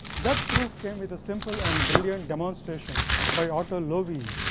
that proof came with a simple and brilliant demonstration by otto loewi,